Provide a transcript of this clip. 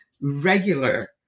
regular